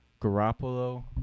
Garoppolo